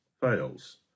fails